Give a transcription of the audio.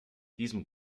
diesem